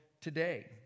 today